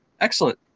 Excellent